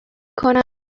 کنم